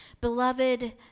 Beloved